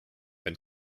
wenn